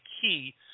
key